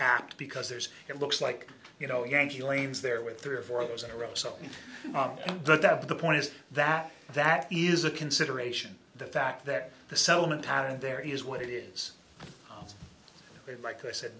apt because there's it looks like you know yankee lanes there with three or four of those in a row so that the point is that that is a consideration the fact that the settlement pattern there is what is it like i said